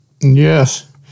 Yes